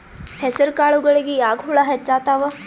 ಹೆಸರ ಕಾಳುಗಳಿಗಿ ಯಾಕ ಹುಳ ಹೆಚ್ಚಾತವ?